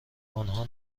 آنها